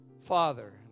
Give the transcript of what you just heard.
father